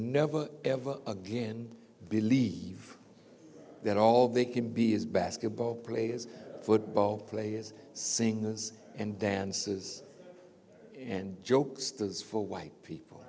never ever again believe that all they can be is basketball players football players singers and dancers and jokesters for white people